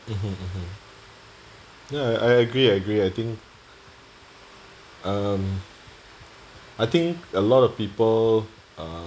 mmhmm mmhmm ya I agree I agree I think um I think a lot of people